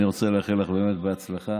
אני רוצה לאחל לך באמת בהצלחה.